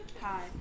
Hi